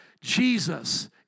Jesus